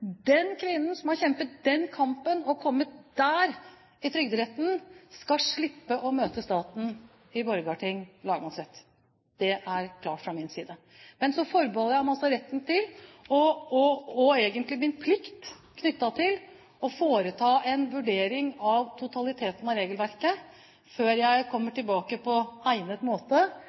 den kvinnen som har kjempet den kampen og kommet dit i Trygderetten, skal slippe å møte staten i Borgarting lagmannsrett. Det er klart fra min side. Men så forbeholder jeg meg også retten til, som jeg også har plikt til, å foreta en vurdering av totaliteten av regelverket før jeg på egnet måte